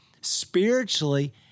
spiritually